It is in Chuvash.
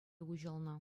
уҫӑлнӑ